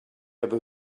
other